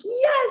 yes